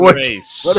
race